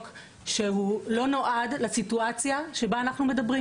שלא נועד לסיטואציה שעליה אנחנו מדברים.